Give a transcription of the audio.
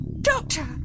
Doctor